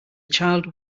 child